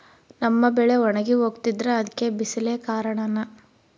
ನಮ್ಮ ಬೆಳೆ ಒಣಗಿ ಹೋಗ್ತಿದ್ರ ಅದ್ಕೆ ಬಿಸಿಲೆ ಕಾರಣನ?